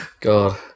God